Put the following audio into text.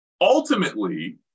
ultimately